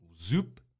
zoop